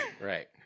Right